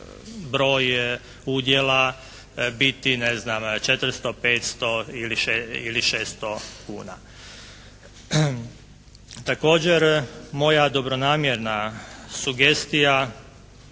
broj udjela biti ne znam 400, 500 ili 600 kuna. Također moja dobronamjerna sugestija